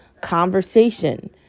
conversation